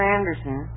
Anderson